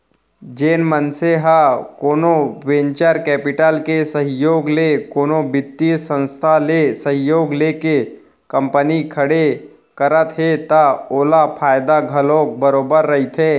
जेन मनसे ह कोनो वेंचर कैपिटल के सहयोग ले कोनो बित्तीय संस्था ले सहयोग लेके कंपनी खड़े करत हे त ओला फायदा घलोक बरोबर रहिथे